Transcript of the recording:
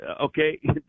okay